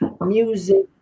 music